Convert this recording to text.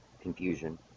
confusion